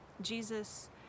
Jesus